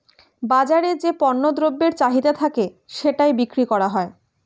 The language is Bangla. বাজারে যে পণ্য দ্রব্যের চাহিদা থাকে সেটাই বিক্রি করা হয়